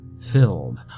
Filled